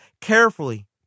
carefully